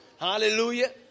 Hallelujah